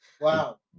Wow